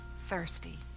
thirsty